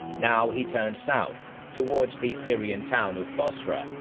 now he turned south, towards the syrian town of bosra,